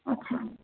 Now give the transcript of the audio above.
अच्छा